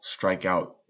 strikeout